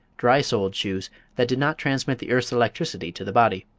dry-soled shoes that did not transmit the earth's electricity to the body.